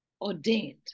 ordained